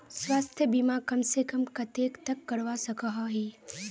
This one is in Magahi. स्वास्थ्य बीमा कम से कम कतेक तक करवा सकोहो ही?